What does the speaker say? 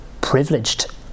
privileged